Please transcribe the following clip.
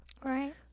right